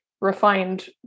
refined